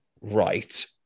right